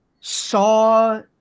saw